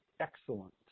Excellent